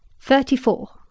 thirty-four.